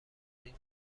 این